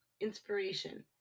inspiration